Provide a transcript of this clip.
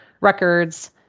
records